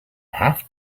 have